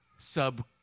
sub